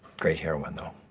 great heroin, though.